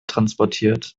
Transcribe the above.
transportiert